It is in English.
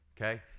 Okay